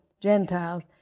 Gentiles